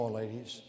ladies